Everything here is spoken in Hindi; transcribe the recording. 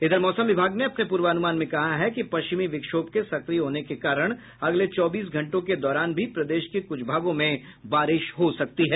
इधर मौसम विभाग ने अपने पूर्वानुमान में कहा है कि पश्चिमी विक्षोभ के सक्रिय होने के कारण अगले चौबीस घंटो के दौरान भी प्रदेश के कुछ भागों में बारिश हो सकती है